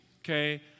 okay